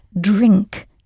drink